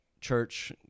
church